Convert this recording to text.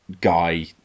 guy